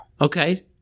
Okay